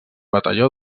batalló